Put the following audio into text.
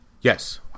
yes